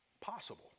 possible